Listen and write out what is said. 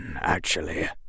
actually